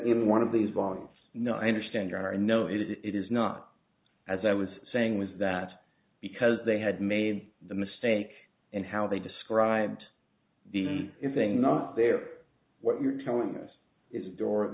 in one of these volumes no i understand you are a know it it is not as i was saying was that because they had made the mistake and how they described the if thing not there what you're telling us is a door